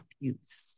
abuse